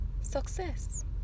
Success